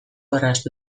erraztu